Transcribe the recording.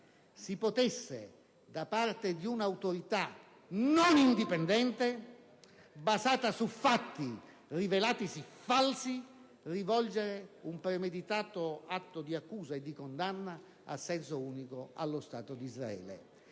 si potesse, da parte di un'autorità non indipendente e sulla base di fatti rivelatisi falsi, rivolgere un premeditato atto di accusa e di condanna a senso unico allo Stato di Israele.